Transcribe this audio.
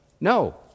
No